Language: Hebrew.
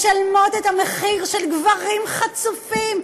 הן משלמות את המחיר של גברים חצופים,